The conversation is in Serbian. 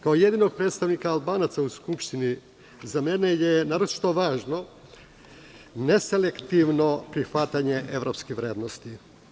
Kao jedini predstavnik Albanaca u Skupštini za mene je naročito važno neselektivno prihvatanje evropske vrednosti.